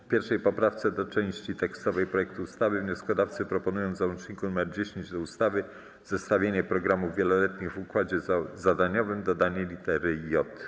W 1. poprawce do części tekstowej projektu ustawy wnioskodawcy proponują w załączniku nr 10 do ustawy „Zestawienie programów wieloletnich w układzie zadaniowym” dodanie lit. j.